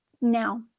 Now